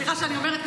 סליחה שאני אומרת,